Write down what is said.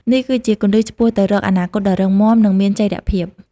នេះគឺជាគន្លឹះឆ្ពោះទៅរកអនាគតដ៏រឹងមាំ និងមានចីរភាព។